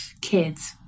kids